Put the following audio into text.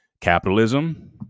Capitalism